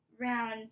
Round